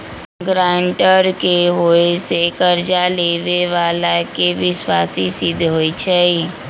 guarantor के होय से कर्जा लेबेय बला के विश्वासी सिद्ध होई छै